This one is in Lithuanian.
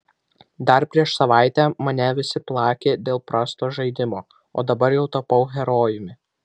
dar prieš savaitę mane visi plakė dėl prasto žaidimo o dabar jau tapau herojumi